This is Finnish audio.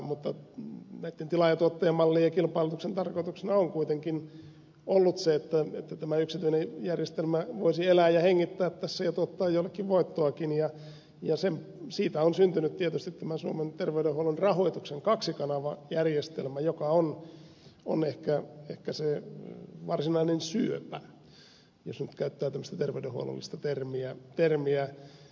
mutta näitten tilaajatuottaja mallien ja kilpailutuksen tarkoituksena on kuitenkin ollut se että tämä yksityinen järjestelmä voisi elää ja hengittää tässä ja tuottaa jollekin voittoakin ja siitä on syntynyt tietysti tämä suomen terveydenhuollon rahoituksen kaksikanavajärjestelmä joka on ehkä se varsinainen syöpä jos nyt käyttää tämmöistä terveydenhuollollista termiä